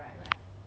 oh really